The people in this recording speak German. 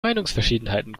meinungsverschiedenheiten